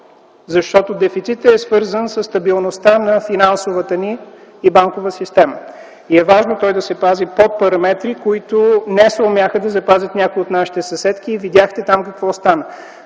защото дефицитът е свързан със стабилността на финансовата и банковата ни система и е важно той да се пази по параметри, които не съумяха да запазят някои от нашите съседки и видяхте там какво стана.